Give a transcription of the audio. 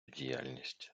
діяльність